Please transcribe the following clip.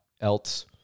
else